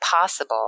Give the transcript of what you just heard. possible